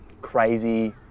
crazy